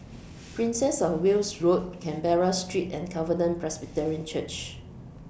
Princess of Wales Road Canberra Street and Covenant Presbyterian Church